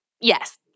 yes